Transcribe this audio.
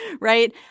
right